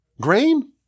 grain